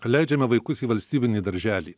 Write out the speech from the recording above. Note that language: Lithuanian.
leidžiame vaikus į valstybinį darželį